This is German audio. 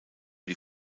die